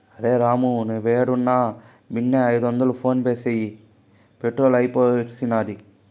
అరె రామూ, నీవేడున్నా బిన్నే ఐదొందలు ఫోన్పే చేయి, పెట్రోలు అయిపూడ్సినాది